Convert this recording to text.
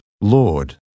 Lord